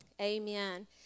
Amen